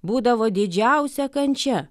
būdavo didžiausia kančia